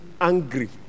angry